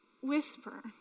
whisper